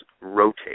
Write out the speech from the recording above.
rotate